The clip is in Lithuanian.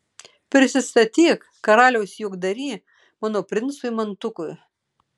prisistatyk karaliaus juokdary mano princui mantukui